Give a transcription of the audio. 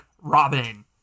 Robin